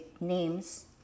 names